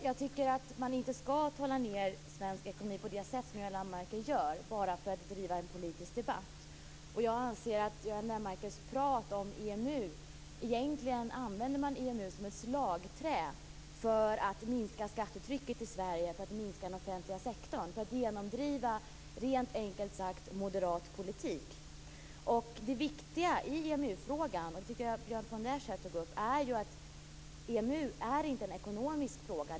Jag tycker att man inte skall tala ned svensk ekonomi på det sätt som Göran Lennmarker gör bara för att driva en politisk debatt. Jag anser att Göran Lennmarker i sitt prat om EMU egentligen använder EMU som ett slagträ för att minska skattetrycket i Sverige, för att minska den offentliga sektorn och för att enkelt uttryckt genomdriva moderat politik. Det viktiga i EMU-frågan, det tog Björn von der Esch upp, är att EMU inte är en ekonomisk fråga.